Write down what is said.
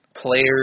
Players